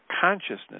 consciousness